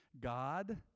God